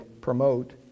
promote